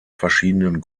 verschiedenen